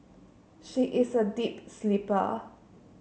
she is a deep sleeper